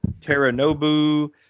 Teranobu